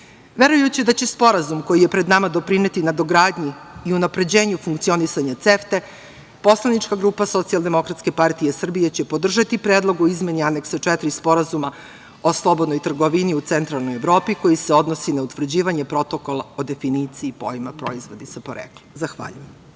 EU.Verujući da će sporazum koji je pred nama doprineti nadogradnji i unapređenju funkcionisanja CEFTA, poslanička grupa SDPS će podržati Predlog o izmeni Aneksa 4 Sporazuma o slobodnoj trgovini u centralnoj Evropi, koji se odnosi na utvrđivanje Protokola o definiciji pojma "proizvodi sa poreklom". Zahvaljujem.